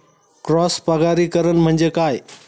Cross परागीकरण म्हणजे काय?